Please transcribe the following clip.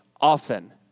often